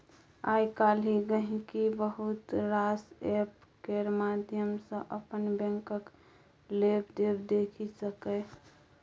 आइ काल्हि गांहिकी बहुत रास एप्प केर माध्यम सँ अपन बैंकक लेबदेब देखि सकैए